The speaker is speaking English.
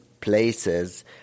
places